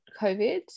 COVID